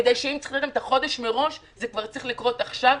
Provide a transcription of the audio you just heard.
אם צריכים לתת להם חודש מראש אז זה צריך לקרות כבר עכשיו.